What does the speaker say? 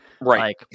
Right